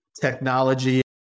technology